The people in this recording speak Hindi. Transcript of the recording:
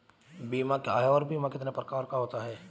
बीमा क्या है और बीमा कितने प्रकार का होता है?